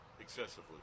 excessively